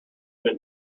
been